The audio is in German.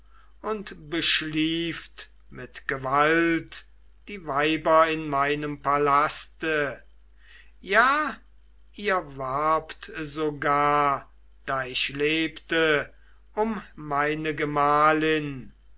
und beschlieft mit gewalt die weiber in meinem palaste ja ihr warbt sogar da ich lebte um meine gemahlin